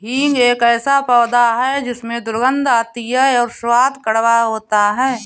हींग एक ऐसा पौधा है जिसमें दुर्गंध आती है और स्वाद कड़वा होता है